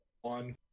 one